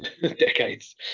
decades